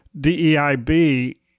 DEIB